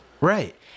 Right